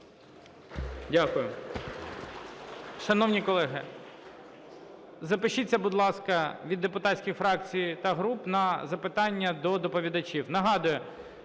Дякую.